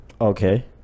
Okay